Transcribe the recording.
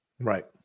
right